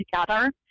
together